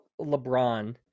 LeBron